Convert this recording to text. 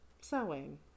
sewing